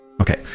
okay